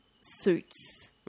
suits